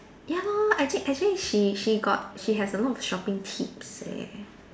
ya lor actually actually she she got she has a lot of shopping tips eh